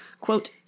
Quote